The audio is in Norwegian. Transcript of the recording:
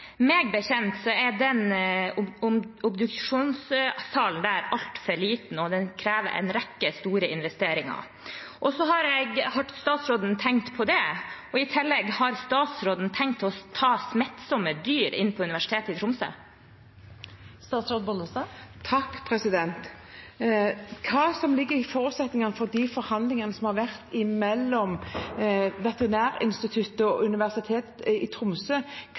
Meg bekjent er obduksjonssalen der altfor liten, og den krever en rekke store investeringer. Har statsråden tenkt på det? Og i tillegg: Har statsråden tenkt å ta smittsomme dyr inn på Universitetet i Tromsø? Hva som ligger i forutsetningene for de forhandlingene som har vært mellom Veterinærinstituttet og Universitetet i Tromsø,